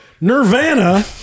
Nirvana